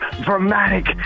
dramatic